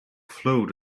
float